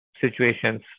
situations